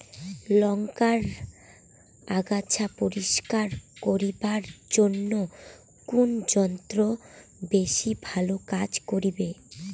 লংকার আগাছা পরিস্কার করিবার জইন্যে কুন যন্ত্র বেশি ভালো কাজ করিবে?